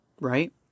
right